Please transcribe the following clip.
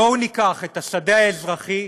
בואו ניקח את השדה האזרחי,